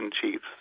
chiefs